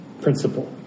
principle